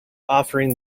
offering